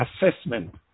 assessment